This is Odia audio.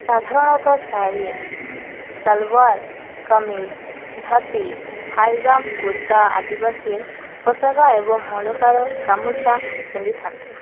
ସାଧାରଣତଃ ଶାଢ଼ୀ ସାଲୱାର କମିଜ ଧୋତି ଫାଇଜାମ କୁର୍ତ୍ତା ଆଦିବାସୀ ପୋଷାକ ଏବଂ ଗାମୁଛା ପିନ୍ଧିଥାନ୍ତି